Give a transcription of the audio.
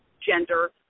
gender